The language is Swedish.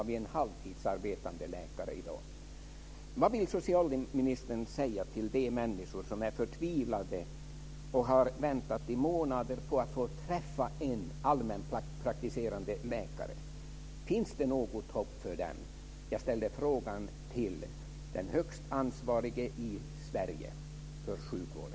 Vid en vårdcentral som ska ha sex läkare har vi i dag bara en halvtidsarbetande läkare.